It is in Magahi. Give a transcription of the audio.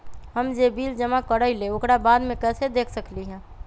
हम जे बिल जमा करईले ओकरा बाद में कैसे देख सकलि ह?